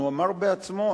אמר בעצמו,